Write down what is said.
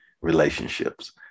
relationships